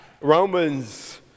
romans